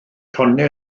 tonnau